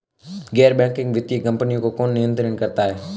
गैर बैंकिंग वित्तीय कंपनियों को कौन नियंत्रित करता है?